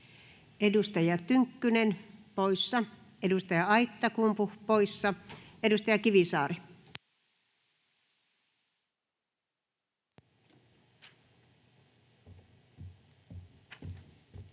Edustaja Tynkkynen poissa, edustaja Aittakumpu poissa. — Edustaja Kivisaari. Arvoisa